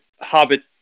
hobbit